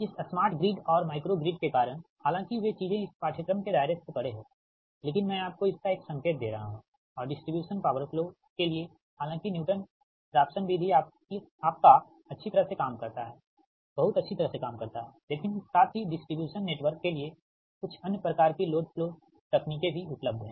इस smart grid और micro grid के कारण हालांकि वे चीजें इस पाठ्यक्रम के दायरे से परे हैं लेकिन मैं आपको इसका एक संकेत दे रहा हूं और डिस्ट्रीब्यूशन पॉवर फ्लो के लिए हालांकि न्यू टन राफसन विधि आपका अच्छी तरह से काम करता है बहुत अच्छी तरह से काम करता है लेकिन साथ ही डिस्ट्रीब्यूशन नेटवर्क के लिए कुछ अन्य प्रकार की लोड फ्लो तकनीकें भी उपलब्ध हैं